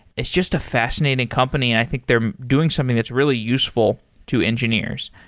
it's just a fascinating company and i think they're doing something that's really useful to engineers.